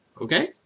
okay